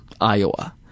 Iowa